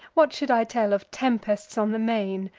what should i tell of tempests on the main,